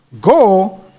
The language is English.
go